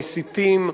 המסיתים,